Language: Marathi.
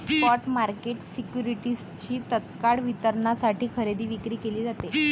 स्पॉट मार्केट सिक्युरिटीजची तत्काळ वितरणासाठी खरेदी विक्री केली जाते